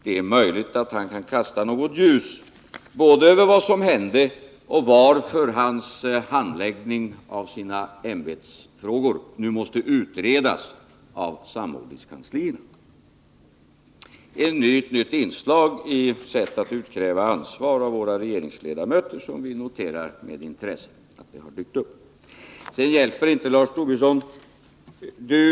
Det är möjligt att han kan kasta något ljus både över vad som hände och över skälen till att hans handläggning av sina ämbetsfrågor nu måste utredas av samordningskanslierna. Det är ett nytt inslag när det gäller sättet att utkräva ansvar av våra regeringsledamöter, som vi med intresse noterar nu har dykt upp. Sedan hjälper det inte vad Lars Tobisson säger nu.